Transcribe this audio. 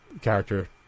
character